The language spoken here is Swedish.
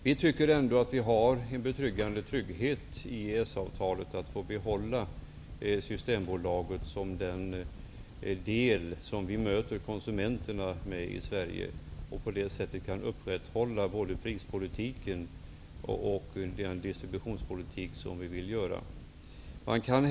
Vi tycker ändå att vi har ett betryggande skydd i EES-avtalet för att få behålla Systembolaget som distributör till konsumenterna i Sverige, varigenom vi kan upprätthålla både vår prispolitik och vår distributionspolitik.